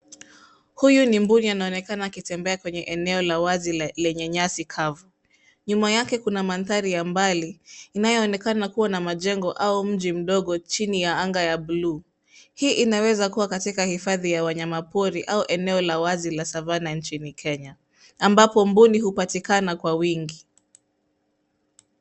Huyu ni mbuni anaonekana akitembea kwenye eneo la wazi lenye nyasi kavu. Nyuma yake kuna mandhari ya mbali inayoonekana kuwa na majengo au mji mdogo chini ya anga ya buluu. Hii inaweza kuwa katika hifadhi ya wanyamapori au eneo la wazi la savannah nchini Kenya ambapo mbuni hupatikana kwa wingi.